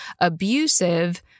abusive